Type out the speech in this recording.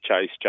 chase